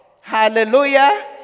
Hallelujah